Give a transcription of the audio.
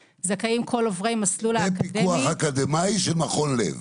עוברי מסלול -- בפיקוח אקדמאי של מכון לב.